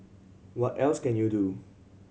what else can you do